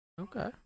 Okay